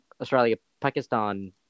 Australia-Pakistan